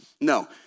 no